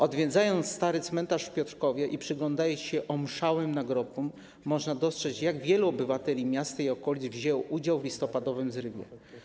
Odwiedzając stary cmentarz w Piotrkowie i przyglądając się omszałym nagrobkom, można dostrzec, jak wielu obywateli miasta i okolic wzięło udział w listopadowym zrywie.